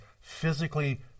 physically